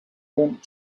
want